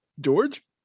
George